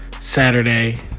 Saturday